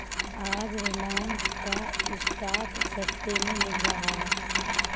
आज रिलायंस का स्टॉक सस्ते में मिल रहा है